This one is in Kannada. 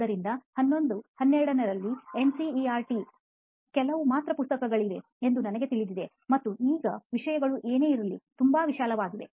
ಆದ್ದರಿಂದ 11 12 ರಲ್ಲಿ NCERT ಕೆಲವು ಮಾತ್ರ ಪುಸ್ತಕಗಳಿವೆ ಎಂದು ನಮಗೆ ತಿಳಿದಿದೆ ಮತ್ತು ಈಗ ವಿಷಯಗಳು ಏನೇ ಇರಲಿ ತುಂಬಾ ವಿಶಾಲವಾಗಿವೆ